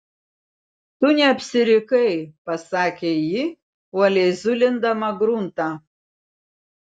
tu neapsirikai pasakė ji uoliai zulindama gruntą